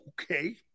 Okay